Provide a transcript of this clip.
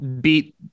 beat